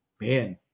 man